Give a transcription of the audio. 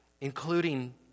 Including